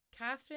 Catherine